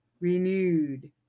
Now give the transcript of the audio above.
renewed